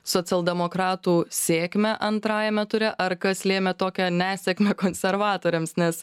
socialdemokratų sėkmę antrajame ture ar kas lėmė tokią nesėkmę konservatoriams nes